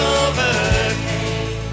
overcame